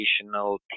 additional